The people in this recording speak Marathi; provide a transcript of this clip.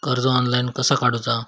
कर्ज ऑनलाइन कसा काडूचा?